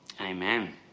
Amen